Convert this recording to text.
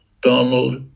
Donald